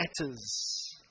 matters